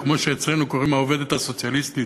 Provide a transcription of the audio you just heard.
או כמו שאצלנו קוראים "העובדת הסוציאליסטית",